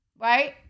right